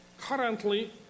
Currently